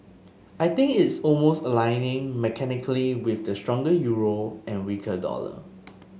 I think it's almost aligning mechanically with the stronger euro and weaker dollar